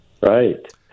Right